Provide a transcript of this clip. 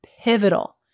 pivotal